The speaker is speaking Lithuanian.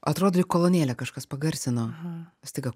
atrodo kolonėlę kažkas pagarsino staiga